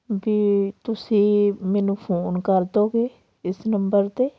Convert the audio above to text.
ਵੀ ਤੁਸੀਂ ਮੈਨੂੰ ਫ਼ੋਨ ਕਰ ਦੋਗੇ ਇਸ ਨੰਬਰ 'ਤੇ